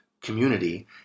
community